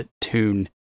tune